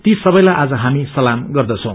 ती सवैलाई आज हामी सलाम गर्दछौ